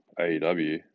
AEW